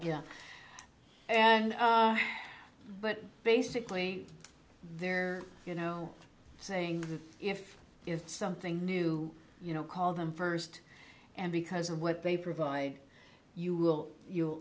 ya and but basically they're you know saying that if it's something new you know call them first and because of what they provide you will you'll